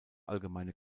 allgemeine